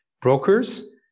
brokers